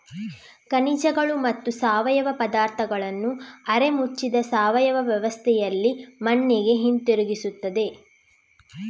ಖನಿಜಗಳು ಮತ್ತು ಸಾವಯವ ಪದಾರ್ಥಗಳನ್ನು ಅರೆ ಮುಚ್ಚಿದ ಸಾವಯವ ವ್ಯವಸ್ಥೆಯಲ್ಲಿ ಮಣ್ಣಿಗೆ ಹಿಂತಿರುಗಿಸುತ್ತದೆ